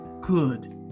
good